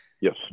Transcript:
Yes